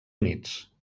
units